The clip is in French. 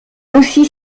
aussi